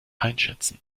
einschätzen